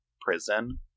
prison